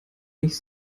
nicht